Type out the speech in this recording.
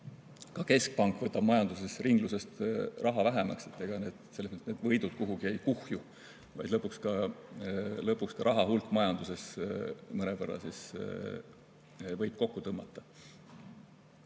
ka keskpank võtab majanduses ringlusest raha vähemaks. Selles mõttes need võidud kuhugi ei kuhju, vaid lõpuks võib raha hulk majanduses mõnevõrra kokku tõmmata.